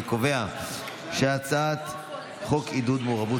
אני קובע שהצעת חוק עידוד מעורבות